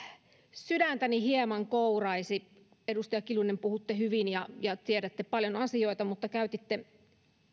sydäntäni hieman kouraisi edustaja kiljunen puhutte hyvin ja ja tiedätte paljon asioita kun käytitte